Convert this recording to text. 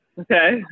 Okay